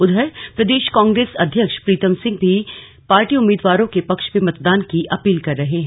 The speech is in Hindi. उधर प्रदेश कांग्रेस अध्यक्ष प्रीतम सिंह भी पार्टी उम्मीदवारों के पक्ष में मतदान की अपील कर रहे हैं